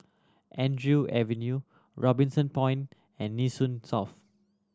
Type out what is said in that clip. Andrew Avenue Robinson Point and Nee Soon South